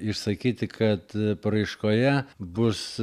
išsakyti kad paraiškoje bus